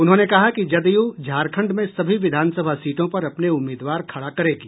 उन्होंने कहा कि जदयू झारखंड में सभी विधानसभा सीटों पर अपने उम्मीदवार खड़ा करेगी